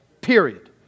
Period